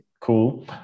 Cool